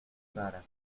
rara